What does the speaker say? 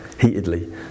heatedly